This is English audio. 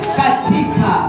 katika